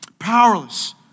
Powerless